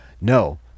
No